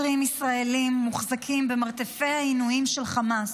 ישראלים מוחזקים במרתפי העינויים של חמאס,